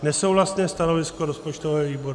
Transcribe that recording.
Nesouhlasné stanovisko rozpočtového výboru.